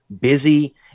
busy